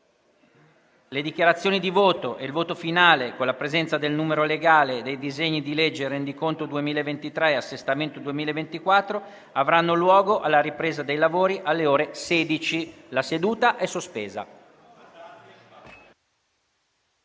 Le dichiarazioni di voto e il voto finale, con la presenza del numero legale, dei disegni di legge rendiconto 2023 e assestamento 2024 avranno luogo alla ripresa dei lavori. Sospendo la seduta fino